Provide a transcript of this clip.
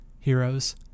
Heroes